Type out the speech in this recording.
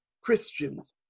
Christians